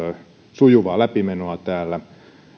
sujuvaa läpimenoa täällä